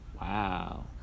Wow